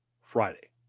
Friday